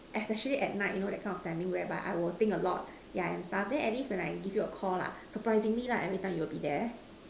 especially at night you know that kind of timing where by I will think a lot yeah and stuff then at least when I give you Call lah surprisingly lah every time you will be there